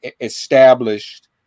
established